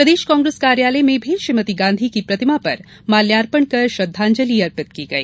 प्रदेश कांग्रेस कार्यालय में भी श्रीमती गांधी की प्रतिमा पर माल्यार्पण कर श्रद्दांजलि अर्पित की गई